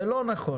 זה לא נכון.